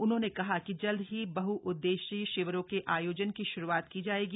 उन्होने कहा कि जल्द ही बहउददेशीय शिविरों के आयोजन की शुरूआत की जायेगी